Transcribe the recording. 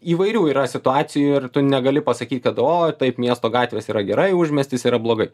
įvairių yra situacijų ir tu negali pasakyt kad o taip miesto gatvės yra gerai užmiestis yra blogai